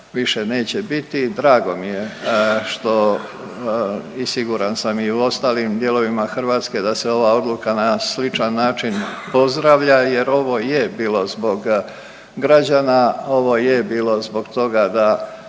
više neće biti. Drago mi je što i siguran sam i u ostalim dijelovima Hrvatske da se ova odluka na sličan način pozdravlja jer ovo je bilo zbog građana, ovo je bilo zbog toga da